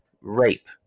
Rape